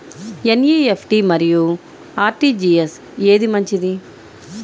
NEFT మరియు RTGS ఏది మంచిది?